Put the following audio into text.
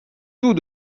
tous